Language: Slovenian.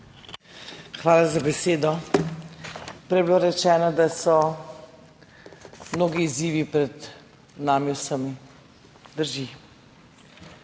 Hvala za besedo. Prej je bilo rečeno, da so mnogi izzivi pred nami vsemi. Drži.